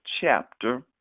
chapter